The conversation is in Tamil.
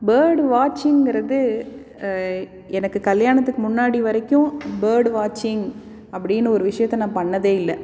பேர்டு வாட்ச்சிங்கிறது எனக்கு கல்யாணத்துக்கு முன்னாடி வரைக்கும் பேர்டு வாட்ச்சிங் அப்படீனு ஒரு விஷயத்தை நான் பண்ணதே இல்லை